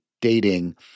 dating